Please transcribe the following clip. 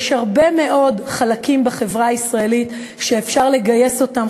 יש הרבה מאוד חלקים בחברה הישראלית שאפשר לגייס אותם,